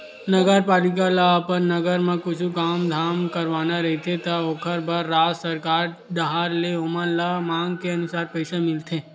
नगरपालिका ल अपन नगर म कुछु काम धाम करवाना रहिथे त ओखर बर राज सरकार डाहर ले ओमन ल मांग के अनुसार पइसा मिलथे